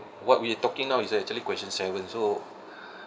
what we are talking now is actually question seven so